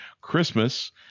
Christmas